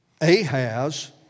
Ahaz